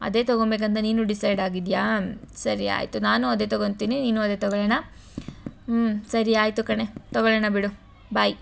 ಅದೇ ತಗೊಂಬೇಕು ಅಂತ ನೀನು ಡಿಸೈಡ್ ಆಗಿದ್ಯಾ ಸರಿ ಆಯಿತು ನಾನು ಅದೇ ತಗೋತೀನಿ ನೀನು ಅದೇ ತಗೊಳ್ಳೋಣ ಸರಿ ಆಯಿತು ಕಣೇ ತಗೊಳ್ಳೋಣ ಬಿಡು ಬಾಯ್